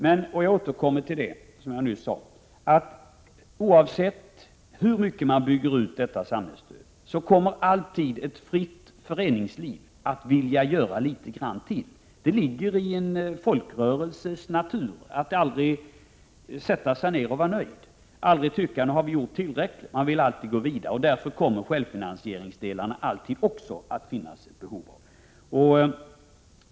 Men, och jag återkommer till det som jag nyss sade, oavsett hur mycket man bygger ut detta samhällsstöd kommer ett fritt föreningsliv alltid att vilja göra litet grand till. Det ligger i en folkrörelses natur att aldrig sätta sig ner och vara nöjd, att aldrig tycka att man har gjort tillräckligt, utan man vill alltid gå vidare. Därför kommer det alltid att även finnas behov av självfinansiering.